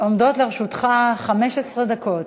עומדות לרשותך 15 דקות.